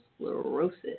sclerosis